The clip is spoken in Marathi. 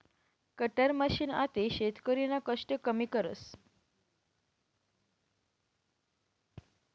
कटर मशीन आते शेतकरीना कष्ट कमी करस